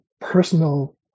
personal